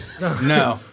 No